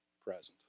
present